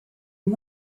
and